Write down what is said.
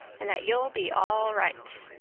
and that you'll be all right.